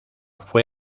fue